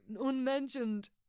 unmentioned